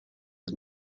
his